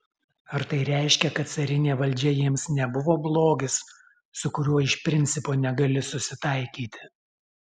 ar tai reiškia kad carinė valdžia jiems nebuvo blogis su kuriuo iš principo negali susitaikyti